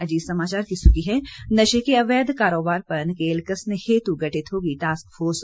अजीत समाचार की सुर्खी है नशे के अवैध कारोबार पर नकेल कसने हेतु गठित होगी टास्क फोर्स